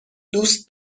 دوست